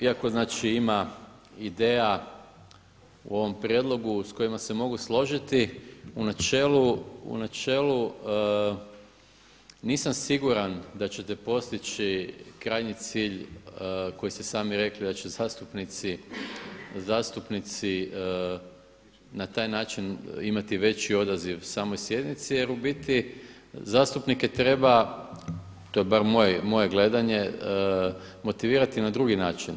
Iako znači ima ideja u ovom prijedlogu s kojima se mogu složiti u načelu, u načelu nisam siguran da ćete postići krajnji cilj koji ste sami rekli da će zastupnici na taj način imati veći odaziv samoj sjednici jer u biti zastupnike treba, to je bar moje gledanje motivirati na drugi način.